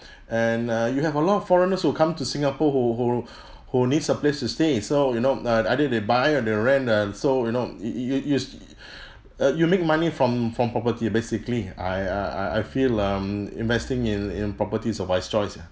and uh you have a lot of foreigners who come to singapore who who who needs a place to stay so you know uh either they buy or they rent uh so you know you you st~ uh you make money from from property basically I uh I I feel um investing in in property is a wise choice ya